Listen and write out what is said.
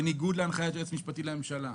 בניגוד להנחיית היועץ המשפטי לממשלה,